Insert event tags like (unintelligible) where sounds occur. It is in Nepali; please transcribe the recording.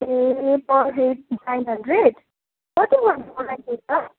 ए पर हेड नाइन हन्ड्रेड कति (unintelligible) को लागि छ